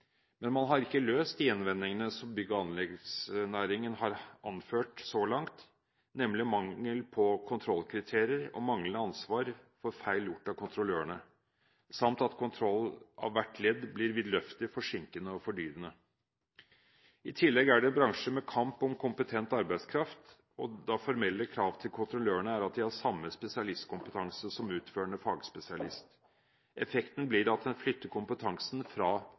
men man har så langt ikke løst de innvendingene som bygg- og anleggsnæringen har anført, nemlig mangel på kontrollkriterier og manglende ansvar for feil gjort av kontrollørene, samt at kontroll av hvert ledd blir vidløftig forsinkende og fordyrende. I tillegg er det en bransje med kamp om kompetent arbeidskraft, da formelle krav til kontrollørene er at de har samme spesialistkompetanse som utførende fagspesialist. Effekten blir at en flytter kompetansen fra